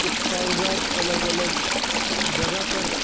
وہ کاغذات الگ الگ جگہ پر